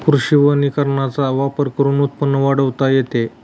कृषी वनीकरणाचा वापर करून उत्पन्न वाढवता येते